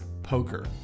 poker